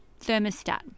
thermostat